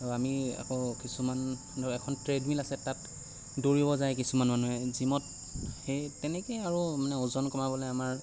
আমি আকৌ কিছুমান ধৰক এখন ট্ৰেডমিল আছে তাত দৌৰিব যায় কিছুমান মানুহে জিমত সেই তেনেকৈয়ে আৰু মানে ওজন কমাবলৈ আমাৰ